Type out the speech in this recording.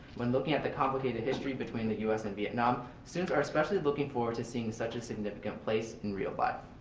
when looking at the complicated history between the us and vietnam, students are especially looking forward to seeing such a significant place in real but